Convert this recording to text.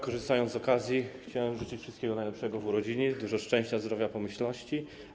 Korzystając z okazji, chciałem życzyć wszystkiego najlepszego z okazji urodzin, dużo szczęścia, zdrowia, pomyślności.